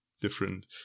different